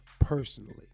personally